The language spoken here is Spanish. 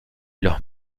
los